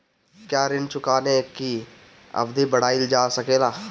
क्या ऋण चुकाने की अवधि बढ़ाईल जा सकेला?